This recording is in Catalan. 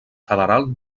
federal